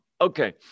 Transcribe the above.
Okay